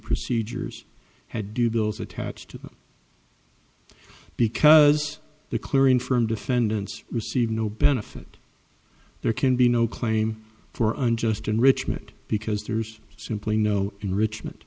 procedures had to do bills attached to them because the clearing from defendants received no benefit there can be no claim for unjust enrichment because there's simply no enrichment